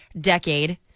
decade